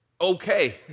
okay